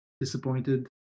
disappointed